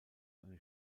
eine